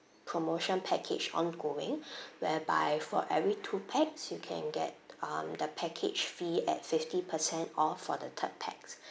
promotion package ongoing whereby for every two pax you can get um the package fee at fifty percent off for the third pax